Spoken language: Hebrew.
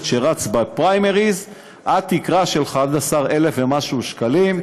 שרץ בפריימריז עד תקרה של 11,000 שקלים ומשהו.